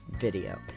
video